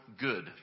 good